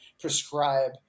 prescribe